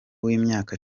w’imyaka